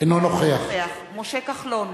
אינו נוכח משה כחלון,